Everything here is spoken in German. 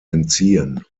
entziehen